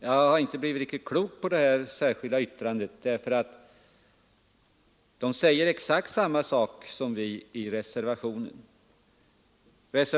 Jag har inte blivit riktigt klok på detta särskilda yttrande, därför att där säger man exakt detsamma som står i reservationen 2.